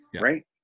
Right